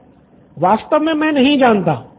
student 6 वास्तव में मैं नहीं जानता